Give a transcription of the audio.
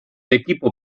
equipo